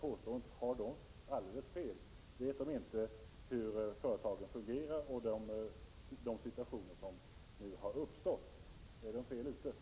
Känner de inte till hur företagen fungerar och vad det är för situation som nu har uppstått?